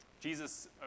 Jesus